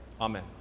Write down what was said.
Amen